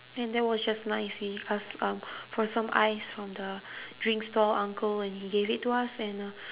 and there was just nice we ask um for some ice from the drink stall uncle and he gave it to us and uh